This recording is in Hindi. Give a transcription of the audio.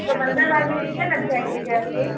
तो बंदर बार में कितने लग जाएगे जैस्मिन